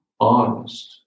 honest